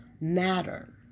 matter